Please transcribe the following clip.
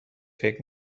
فکر